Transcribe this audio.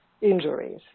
injuries